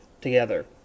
together